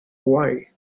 hawaii